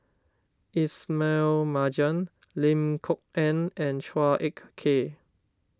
Ismail Marjan Lim Kok Ann and Chua Ek Kay